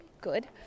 good